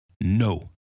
No